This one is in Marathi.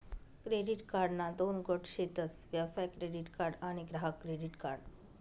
क्रेडीट कार्डना दोन गट शेतस व्यवसाय क्रेडीट कार्ड आणि ग्राहक क्रेडीट कार्ड